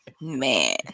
Man